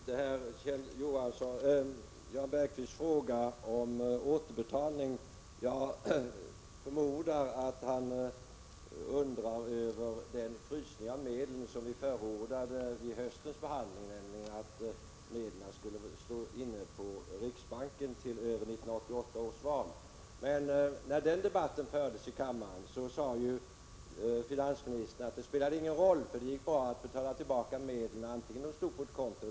Herr talman! Jag förmodar att Jan Bergqvist med sin fråga om återbetalningen undrar över den frysning av medlen som vi förordade vid höstens behandling, nämligen att medlen skulle stå inne på riksbanken över 1988 års val. Men när den debatten fördes i kammaren sade finansministern att det inte spelade någon roll om medlen stod på ett konto eller ej, utan det skulle gå bra att betala tillbaka dem ändå.